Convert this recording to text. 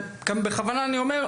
בכוונה אני אומר,